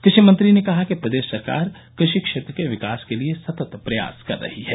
कृषि मंत्री ने कहा कि प्रदेश सरकार कृषि क्षेत्र के विकास के लिये सतत् प्रयास कर रही है